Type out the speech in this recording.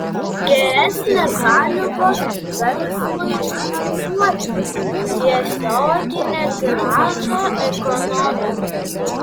geresnės sąlygos verslui finansuoti tiesioginė grąža ekonomikai